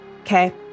Okay